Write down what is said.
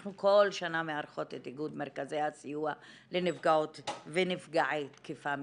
אנחנו כל שנה מארחות את איגוד מרכזי הסיוע לנפגעות ונפגעי תקיפה מינית.